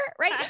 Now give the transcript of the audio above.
right